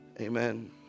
amen